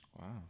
Wow